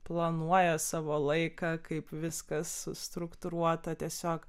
planuoja savo laiką kaip viskas sustruktūruota tiesiog